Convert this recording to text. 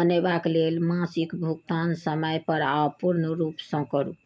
बनेबाक लेल मासिक भुगतान समय पर आ पूर्ण रूपसँ करू